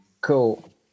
Cool